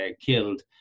killed